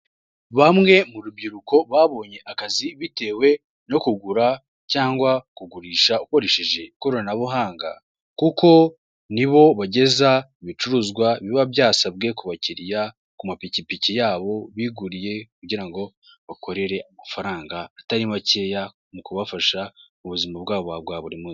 Bamwe mu rubyiruko babonye akazi bitewe no kugura cyangwa kugurisha ukoresheje ikoranabuhanga, kuko nibo bageza ibicuruzwa biba byasabwe ku bakiliya ku mapikipiki yabo biguriye, bakorere amafaranga atari makeya mu kubafasha mu buzima bwabo bwa buri munsi.